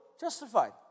justified